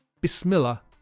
bismillah